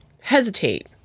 hesitate